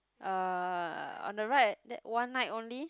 uh on the right that one night only